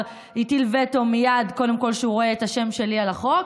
הטיל וטו מייד כשראה את השם שלי על החוק,